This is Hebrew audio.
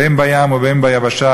בין בים ובין ביבשה,